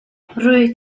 rwyt